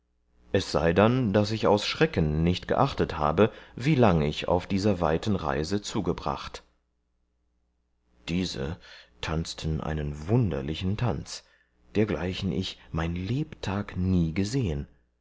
es sei dann daß ich aus schrecken nicht geachtet habe wie lang ich auf dieser weiten reise zugebracht diese tanzten einen wunderlichen tanz dergleichen ich mein lebtag nie gesehen